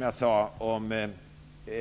Jag vill